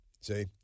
see